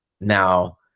Now